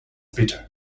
bitter